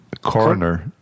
Coroner